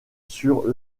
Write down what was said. sur